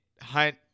Hunt